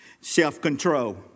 self-control